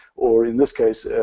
or in this case,